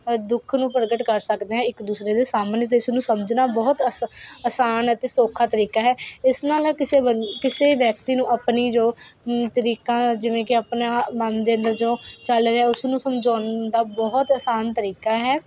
ਦੁੱਖ ਨੂੰ ਪ੍ਰਗਟ ਕਰ ਸਕਦੇ ਹਾਂ ਇੱਕ ਦੂਸਰੇ ਦੇ ਸਾਹਮਣੇ ਅਤੇ ਇਸਨੂੰ ਸਮਝਣਾ ਬਹੁਤ ਅਸਾ ਆਸਾਨ ਅਤੇ ਸੌਖਾ ਤਰੀਕਾ ਹੈ ਇਸ ਨਾਲ ਨਾ ਕਿਸੇ ਬੰ ਕਿਸੇ ਵਿਅਕਤੀ ਨੂੰ ਆਪਣੀ ਜੋ ਤਰੀਕਾ ਜਿਵੇਂ ਕਿ ਆਪਣਾ ਮਨ ਦੇ ਅੰਦਰ ਜੋ ਚੱਲ ਰਿਹਾ ਉਸਨੂੰ ਸਮਝਾਉਣ ਦਾ ਬਹੁਤ ਆਸਾਨ ਤਰੀਕਾ ਹੈ